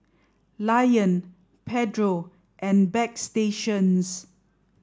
lion Pedro and Bagstationz